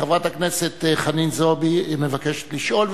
חברת הכנסת חנין זועבי מבקשת לשאול,